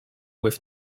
with